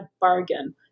bargain